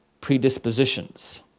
predispositions